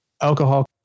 alcohol